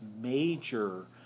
major